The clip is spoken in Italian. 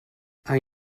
hai